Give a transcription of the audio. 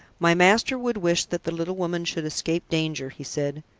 my master would wish that the little woman should escape danger, he said.